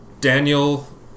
Daniel